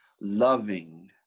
loving